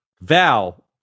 Val